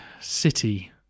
city